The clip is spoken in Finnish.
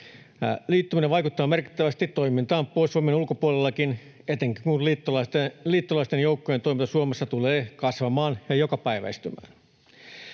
Liittyminen vaikuttaa merkittävästi toimintaan Puolustusvoimien ulkopuolellakin, etenkin kun liittolaisten joukkojen toiminta Suomessa tulee kasvamaan ja jokapäiväistymään.